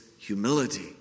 humility